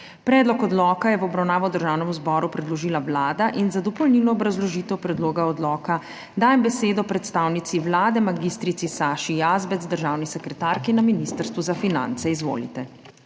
Predlog odloka je v obravnavo Državnemu zboru predložila Vlada. Za dopolnilno obrazložitev predloga odloka dajem besedo predstavnici Vlade mag. Saši Jazbec, državni sekretarki na Ministrstvu za finance. Izvolite.